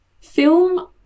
film